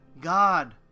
God